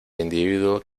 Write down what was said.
individuo